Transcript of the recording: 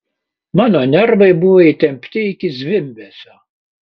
mano nervai buvo įtempti iki zvimbesio